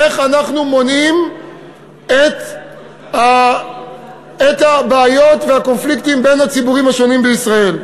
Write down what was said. איך אנחנו מונעים את הבעיות והקונפליקטים בין הציבורים השונים בישראל.